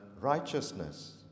righteousness